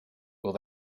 will